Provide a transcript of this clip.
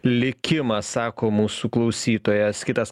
likimą sako mūsų klausytojas kitas